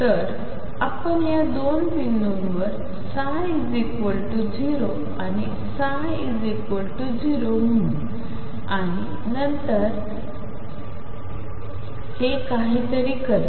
तर आपण या दोन बिंदूंवर ψ0 आणि ψ0 म्हणू आणि नंतर मध्ये ते काहीतरी करते